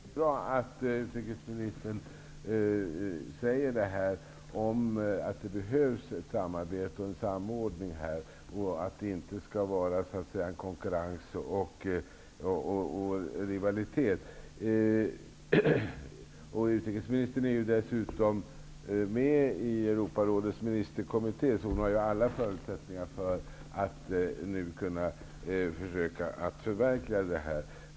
Herr talman! Det är bra att utrikesministern säger att det behövs ett samarbete och en samordning, att det inte skall vara konkurrens och rivalitet. Utrikesministern är dessutom med i Europarådets ministerkommitté, så hon har ju alla förutsättningar att förverkliga detta.